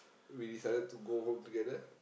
we decided to go home together